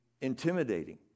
intimidating